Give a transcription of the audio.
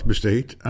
Besteed